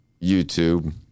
YouTube